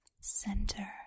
center